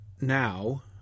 now